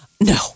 No